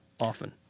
often